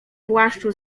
płaszczu